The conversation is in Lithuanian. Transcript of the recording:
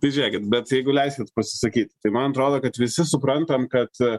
tai žiūrėkit bet jeigu leisit pasisakyti tai man atrodo kad visi suprantam kad